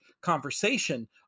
conversation